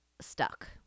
stuck